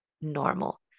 normal